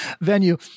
venue